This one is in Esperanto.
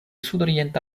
sudorienta